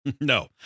No